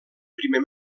primer